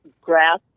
grass